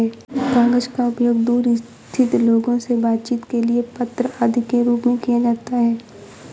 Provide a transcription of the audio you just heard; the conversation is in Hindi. कागज का उपयोग दूर स्थित लोगों से बातचीत के लिए पत्र आदि के रूप में किया जाता है